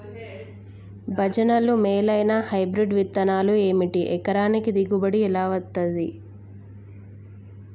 భజనలు మేలైనా హైబ్రిడ్ విత్తనాలు ఏమిటి? ఎకరానికి దిగుబడి ఎలా వస్తది?